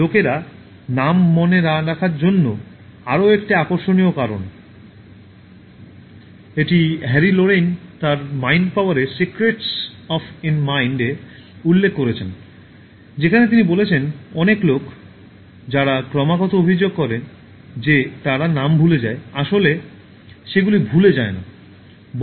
লোকেরা নাম মনে না রাখার জন্য আরও একটি আকর্ষণীয় কারণ এটি হ্যারি লোরেইন তার মাইন্ড পাওয়ারের সিক্রেটস অফ ইন মাইন্ডে উল্লেখ করেছেন যেখানে তিনি বলেছেন "অনেক লোক যারা ক্রমাগত অভিযোগ করে যে তাঁরা নাম ভুলে যায় আসলে সেগুলি ভুলে যায় না"